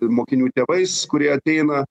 mokinių tėvais kurie ateina